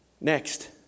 Next